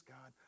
God